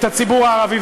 את הציבור הערבי.